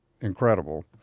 incredible